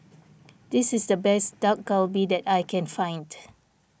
this is the best Dak Galbi that I can find